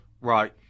Right